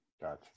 Got